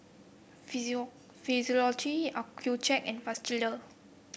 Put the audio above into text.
Physio Physiogel Accucheck and Vagisil